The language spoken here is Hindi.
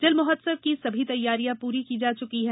जल महोत्सव की सभी तैयारियां पूरी की जा चुकी हैं